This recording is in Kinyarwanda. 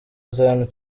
zion